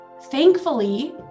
thankfully